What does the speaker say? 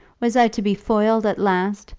was i to be foiled at last,